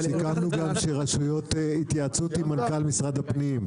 סיכמנו התייעצות עם מנכ"ל משרד הפנים,